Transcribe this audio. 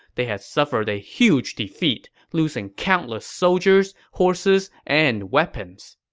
they had suffered a huge defeat, losing countless soldiers, horses, and weapons.